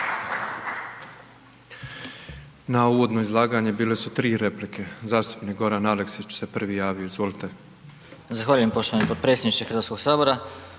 Na uvodno izlaganje bile su 3 replike, zastupnik Goran Aleksić se prvi javio, izvolite. **Aleksić, Goran (SNAGA)** Zahvaljujem poštovani potpredsjedniče Hrvatskog sabora,